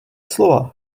slova